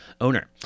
owner